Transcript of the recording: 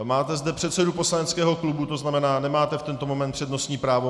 Máte zde předsedu poslaneckého klubu, to znamená, nemáte v tento moment přednostní právo.